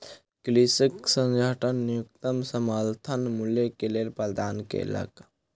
कृषक संगठन न्यूनतम समर्थन मूल्य के लेल प्रदर्शन केलक